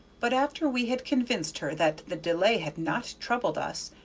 but after we had convinced her that the delay had not troubled us,